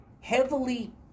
heavily